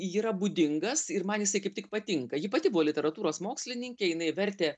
yra būdingas ir man jisai kaip tik patinka ji pati buvo literatūros mokslininkė jinai vertė